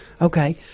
Okay